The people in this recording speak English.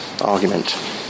argument